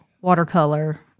watercolor